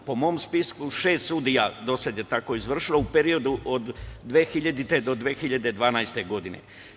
Po mom spisku, šest sudija do sada je izvršilo u periodu od 2000. do 2012. godine.